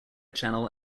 channel